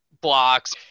blocks